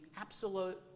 absolute